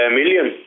million